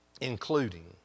including